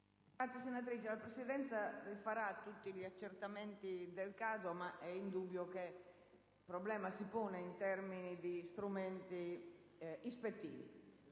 finestra"). La Presidenza farà tutti gli accertamenti del caso, ma è indubbio che il problema si pone in termini di strumenti di